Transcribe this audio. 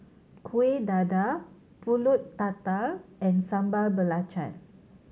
Kueh Dadar Pulut Tatal and Sambal Belacan